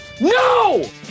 No